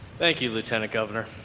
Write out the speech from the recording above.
thank you lieutenant governor